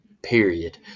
period